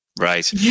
Right